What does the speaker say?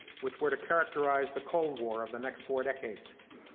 which were to characterize the cold war of the next four decades.